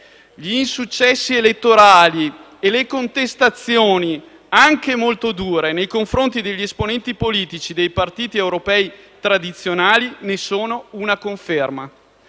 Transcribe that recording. Gli insuccessi elettorali e le contestazioni, anche molto dure, nei confronti degli esponenti politici dei partiti europei tradizionali ne sono una conferma.